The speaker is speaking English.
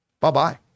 Bye-bye